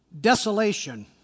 desolation